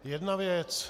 Jedna věc.